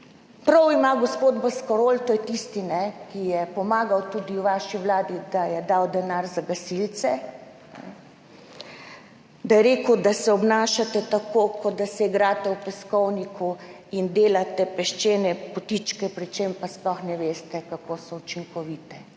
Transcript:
prav ima gospod Boscarol – to je tisti, ki je pomagal tudi v vaši vladi, ko je dal denar za gasilce –, ko je rekel, da se obnašate tako, kot da se igrate v peskovniku in delate peščene potičke, pri čemer pa sploh ne veste, kako so učinkovite.